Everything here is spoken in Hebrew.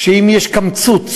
שאם יש קמצוץ